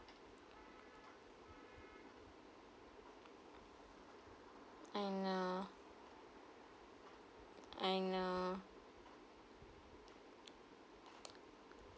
I know I know